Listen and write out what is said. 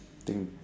I think